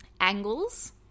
angles